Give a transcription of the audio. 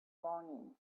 longing